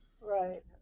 Right